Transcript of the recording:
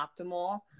optimal